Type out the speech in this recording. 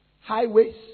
highways